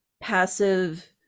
passive